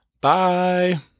Bye